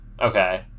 Okay